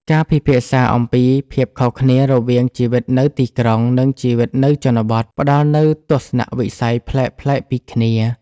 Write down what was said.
ការពិភាក្សាអំពីភាពខុសគ្នារវាងជីវិតនៅទីក្រុង និងជីវិតនៅជនបទ ផ្ដល់នូវទស្សនវិស័យប្លែកៗពីគ្នា។